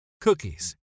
cookies